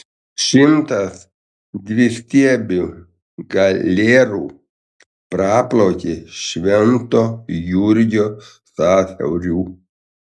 šimtas dvistiebių galerų praplaukė švento jurgio sąsiauriu